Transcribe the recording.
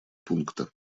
пункта